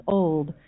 old